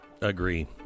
Agree